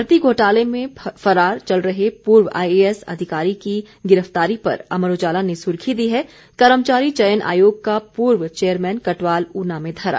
भर्ती घोटाले में फरार चल रहे पूर्व आईएएस अधिकारी की गिरफ्तारी पर अमर उजाला ने सुर्खी दी है कर्मचारी चयन आयोग का पूर्व चेयरमैन कटवाल ऊना में धरा